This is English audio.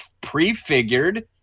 prefigured